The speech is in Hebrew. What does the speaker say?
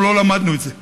אנחנו לא למדנו את זה.